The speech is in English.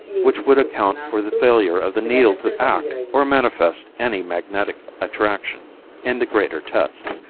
which would account for the failure of the needle to act or manifest any magnetic attraction in the greater test.